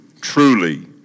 truly